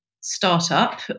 startup